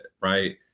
Right